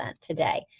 today